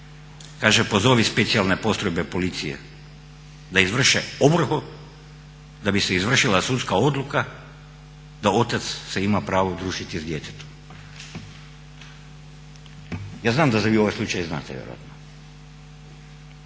Kaže, pozovi specijalne postrojbe policije da izvrše ovrhu da bi se izvršila sudska odluka da otac se ima pravo družiti s djetetom. Ja znam da vi za ovaj slučaj znate vjerojatno.